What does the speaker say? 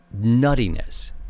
nuttiness